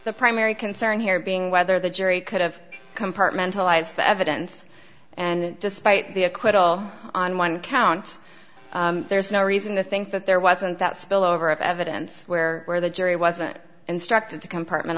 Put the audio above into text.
the primary concern here being whether the jury could have compartmentalize the evidence and despite the acquittal on one count there's no reason to think that there wasn't that spillover of evidence where where the jury wasn't instructed to compartment